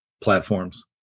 platforms